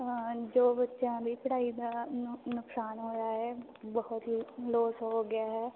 ਜੋ ਬੱਚਿਆਂ ਦੀ ਪੜ੍ਹਾਈ ਦਾ ਨ ਨੁਕਸਾਨ ਹੋਇਆ ਹੈ ਬਹੁਤ ਹੀ ਲੋਸ ਹੋ ਗਿਆ ਹੈ